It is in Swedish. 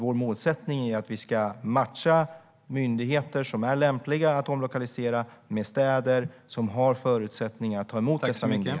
Vår målsättning är att vi ska matcha myndigheter som är lämpliga att omlokalisera med städer som har förutsättningar att ta emot dessa myndigheter.